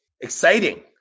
Exciting